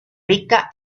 rica